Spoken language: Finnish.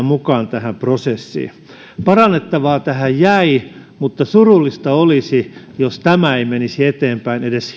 mukaan tähän prosessiin parannettavaa tähän jäi mutta surullista olisi jos tämä ei menisi eteenpäin edes